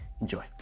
Enjoy